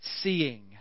seeing